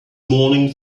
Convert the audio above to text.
morning